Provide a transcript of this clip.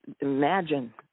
imagine